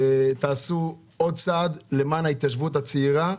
תעשו עוד צעד למען ההתיישבות הצעירה,